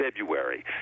February